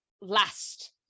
last